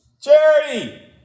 charity